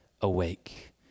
awake